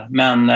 men